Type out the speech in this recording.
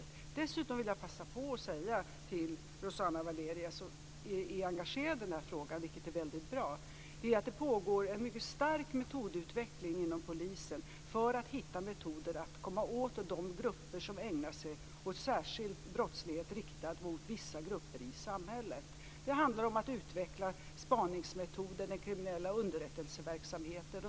Dessutom vill jag passa på att säga till Rossana Valeria som är engagerad i denna fråga, vilket är väldigt bra, att det pågår en mycket stark metodutveckling inom polisen för att hitta metoder att komma åt de grupper som ägnar sig åt särskild brottslighet riktad mot vissa grupper i samhället. Det handlar om att utveckla spaningsmetoder mot den kriminella underrättelseverksamheten.